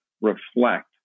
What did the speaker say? reflect